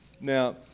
Now